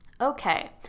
okay